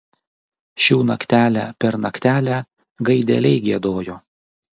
šių naktelę per naktelę gaideliai giedojo